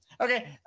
okay